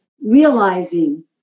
realizing